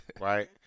right